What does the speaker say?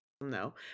No